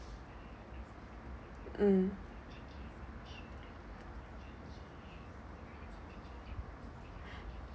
mm